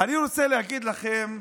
אני רוצה להגיד לכם,